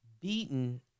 beaten